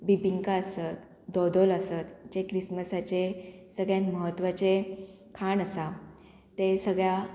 बिबिंका आसत दोदोल आसत जे क्रिस्मसाचे सगळ्यांत म्हत्वाचे खाण आसा तें सगळ्या